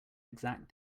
exact